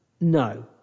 No